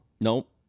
Nope